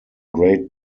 great